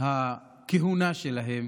הכהונה שלהם